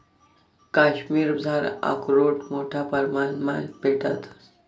काश्मिरमझार आकरोड मोठा परमाणमा भेटंस